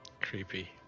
Creepy